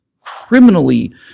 criminally